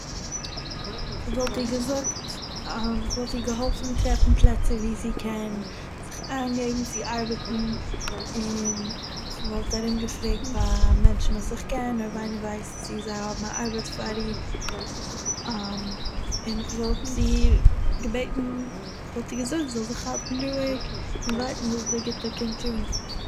איך וואלט איר געזאגט איך וואלט איר געהאלפן טרעפן פלעצער וואו זי קען זיך איינגעבן צו ארבעטן און איך וואלט ארומגעפרעגט ביי מענטשן וואס איך קען אויב איינער ווייסט צו זיי האבן א ארבעט פאר איר און איך וואלט איר געבעטן איך וואלט איר געזאגט זי זאל זיך האלטן רואיג און ווארטן ביז די גוטע קומט אן